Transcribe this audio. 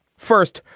first,